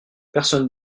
personne